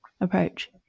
approach